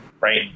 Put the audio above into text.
right